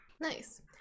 nice